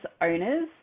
owners